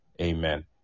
amen